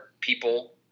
people –